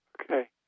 Okay